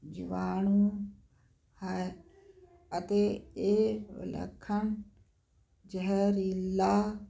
ਜੀਵਾਣੂ ਹੈ ਅਤੇ ਇਹ ਵਿਲੱਖਣ ਜ਼ਹਿਰੀਲਾ